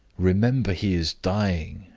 remember he is dying,